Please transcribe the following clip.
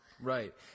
Right